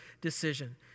decision